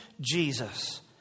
Jesus